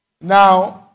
now